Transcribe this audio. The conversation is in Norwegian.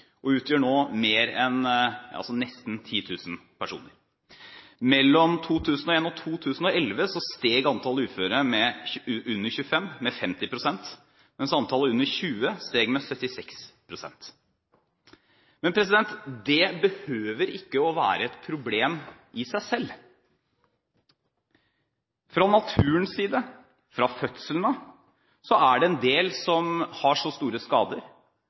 og utgjør nå nesten 10 000 personer. Mellom 2001 og 2011 steg antallet uføre under 25 år med 50 pst., mens antallet under 20 år steg med 76 pst. Det behøver ikke å være et problem i seg selv. Fra naturens side, fra fødselen av er det en del som har så store skader